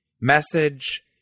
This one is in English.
Message